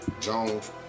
Jones